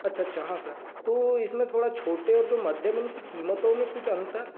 अच्छा अच्छा हाँ सर तो इसमें थोड़ा छोटे और जो मध्यम है इनकी कीमतों में कुछ अंतर